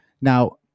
now